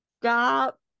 Stop